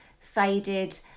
faded